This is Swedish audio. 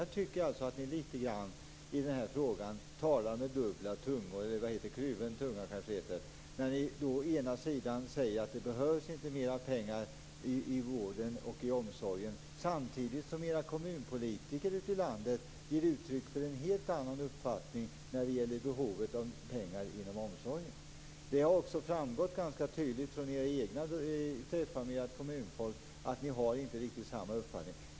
Jag tycker att ni i den här frågan talar litet grand med kluven tunga när ni säger att det inte behövs mer pengar i vården och omsorgen, samtidigt som era kommunpolitiker ute i landet ger uttryck för en helt annan uppfattning när det gäller behovet av pengar inom omsorgen. Det har också framgått ganska tydligt vid era egna träffar med ert kommunfolk att ni inte har riktigt samma uppfattning.